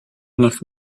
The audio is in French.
neuf